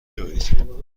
بیاورید